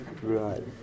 right